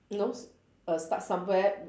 you know err start somewhere